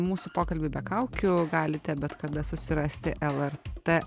mūsų pokalbį be kaukių galite bet kada susirasti lrt